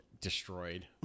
destroyed